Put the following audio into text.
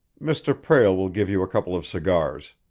mr. prale will give you a couple of cigars.